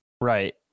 Right